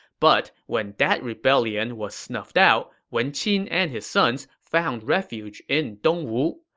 but when that rebellion was snuffed out, wen qin and his sons found refuge in dongwu.